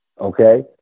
okay